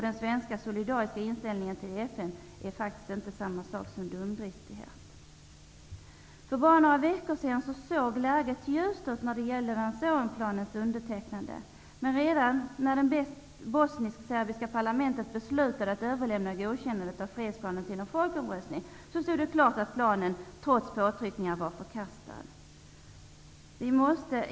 Den svenska solidariska inställningen till FN är faktiskt inte samma sak som dumdristighet. För bara några veckor sedan såg läget ljust när det gällde Vance--Owen-planens undertecknande. Men redan när det bosnisk-serbiska parlamentet beslutade att överlämna godkännandet av fredsplanen till en folkomröstning stod det klart att planen trots påtryckningar var förkastad.